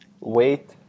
wait